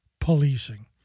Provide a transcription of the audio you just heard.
Policing